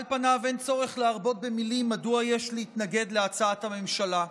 על פניו אין צורך להרבות במילים מדוע יש להתנגד להצעת הממשלה.